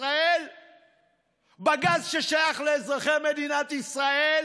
ישראל בגז ששייך לאזרחי מדינת ישראל?